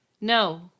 No